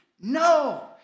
no